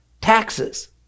taxes